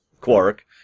Quark